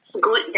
good